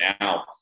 now